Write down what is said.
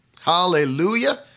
Hallelujah